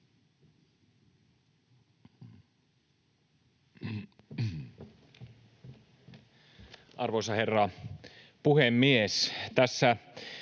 Arvoisa herra puhemies!